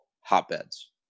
hotbeds